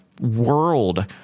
world